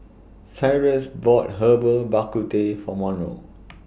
Cyrus bought Herbal Bak Ku Teh For Monroe